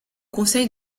conseil